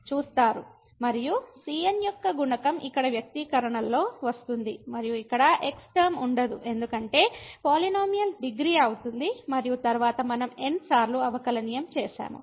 చూస్తారు మరియు cn యొక్క గుణకం ఇక్కడ వ్యక్తీకరణలో వస్తుంది మరియు ఇక్కడ x టర్మ ఉండదు ఎందుకంటే పాలినోమియల్ డిగ్రీ అవుతుంది మరియు తరువాత మనం n సార్లు అవకలనీయం చేసాము